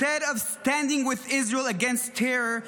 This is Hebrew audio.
Instead of standing with Israel against terror,